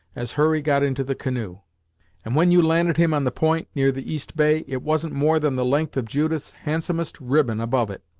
as hurry got into the canoe and when you landed him on the point, near the east bay, it wasn't more than the length of judith's handsomest ribbon above it.